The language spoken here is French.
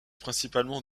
principalement